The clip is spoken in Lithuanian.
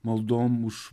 maldom už